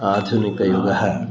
आधुनिकयुगः